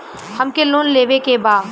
हमके लोन लेवे के बा?